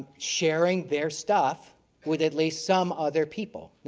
sharing their stuff with at least some other people.